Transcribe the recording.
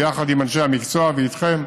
ביחד עם אנשי המקצוע ואיתכם,